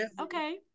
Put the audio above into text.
Okay